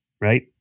right